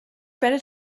better